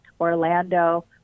Orlando